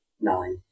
Nine